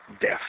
death